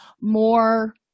more